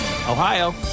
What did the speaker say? Ohio